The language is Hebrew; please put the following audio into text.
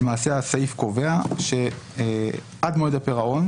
למעשה הסעיף קובע שעד מועד הפירעון,